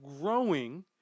growing